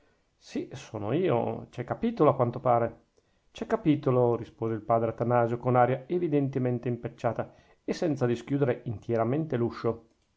sì son io c'è capitolo a quanto pare c'è capitolo rispose il padre atanasio con aria evidentemente impacciata e senza dischiudere intieramente l'uscio